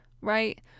right